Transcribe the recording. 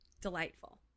delightful